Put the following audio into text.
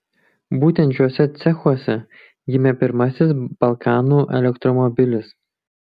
būtent šiuose cechuose gimė pirmasis balkanų elektromobilis